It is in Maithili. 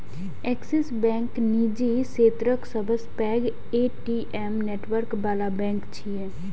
ऐक्सिस बैंक निजी क्षेत्रक सबसं पैघ ए.टी.एम नेटवर्क बला बैंक छियै